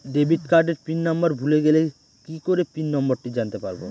Debit কার্ডের pin number ভুলে গেলে কি করে পিন নম্বরটি জানতে পারবো?